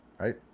right